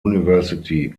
university